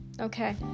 okay